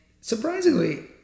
surprisingly